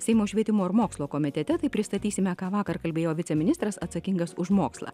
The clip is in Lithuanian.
seimo švietimo ir mokslo komitete tai pristatysime ką vakar kalbėjo viceministras atsakingas už mokslą